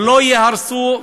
לא ייהרסו,